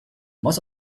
most